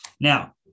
Now